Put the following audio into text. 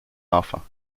enfants